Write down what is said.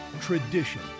tradition